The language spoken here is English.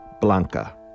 Blanca